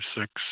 six